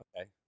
Okay